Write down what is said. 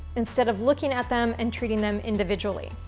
instead of looking at them and treating them individually.